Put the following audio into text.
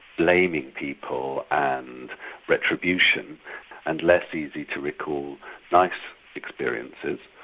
blaming people and retribution and less easy to recall nice experiences.